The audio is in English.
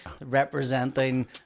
representing